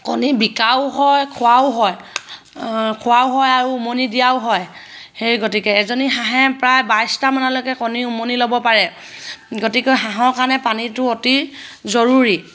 কণী বিকাও হয় খোৱাও হয় খোৱাও হয় আৰু উমনি দিয়াও হয় সেই গতিকে এজনী হাঁহে প্ৰায় বাইছটামানলৈকে কণী উমনি ল'ব পাৰে গতিকে হাঁহৰ কাৰণে পানীটো অতি জৰুৰী